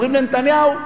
אומרים לנתניהו,